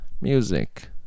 music